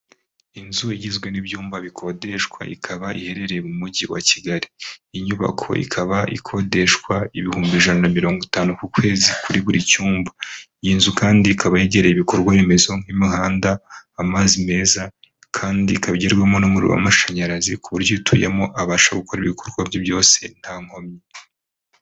Inzu igizwe n'ibyumba bikodeshwa ikaba iherereye mu mujyi wa Kigali iyi nyubako ikaba ikodeshwa ibihumbi ijana na mirongo itanu ku kwezi kuri buri cyumba, iyi nzu kandi ikaba yegereye ibikorwa remezo nk'imihanda amazi meza kandi ikabyimo n'umuriro w'amashanyarazi ku buryo utuyemo abasha gukora ibikorwa bye byose nta nkomyi.